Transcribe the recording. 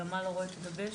הגמל לא רואה את הדבשת,